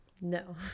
no